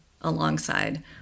alongside